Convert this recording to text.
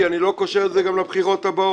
אני לא קושר את זה גם לבחירות הבאות.